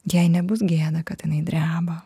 jei nebus gėda kad jinai dreba